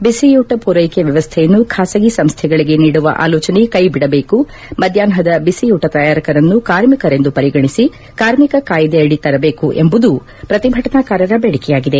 ಬಿಸಿಯೂಟ ಪೂರ್ಟಕ ವ್ಯವಸ್ಥೆಯನ್ನು ಖಾಸಗಿ ಸಂಸ್ಥೆಗಳಿಗೆ ನೀಡುವ ಆಲೋಚನೆ ಕೈಬಿಡಬೇಕು ಮಧ್ಯಾನ್ವದ ಬಿಸಿಯೂಟ ತಯಾರಕರನ್ನು ಕಾರ್ಮಿಕರೆಂದು ಪರಿಗಣಿಸಿ ಕಾರ್ಮಿಕ ಕಾಯಿದೆ ಅಡಿ ತರಬೇಕು ಎಂಬುದೂ ಪ್ರತಿಭಟನಾಕಾರರ ಬೇಡಿಕೆಯಾಗಿದೆ